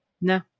No